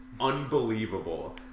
unbelievable